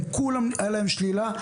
הם כולם היה להם שלילה.